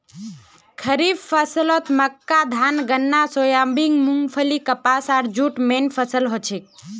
खड़ीफ फसलत मक्का धान गन्ना सोयाबीन मूंगफली कपास आर जूट मेन फसल हछेक